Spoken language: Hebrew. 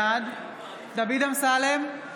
בעד דוד אמסלם,